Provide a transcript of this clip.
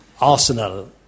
Arsenal